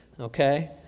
Okay